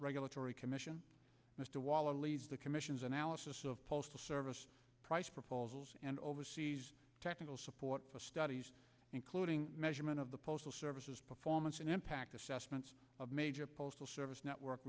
regulatory commission mr waller leads the commission's analysis of postal service price proposals and oversees technical support for studies including measurement of the postal services performance and impact assessments of major postal service network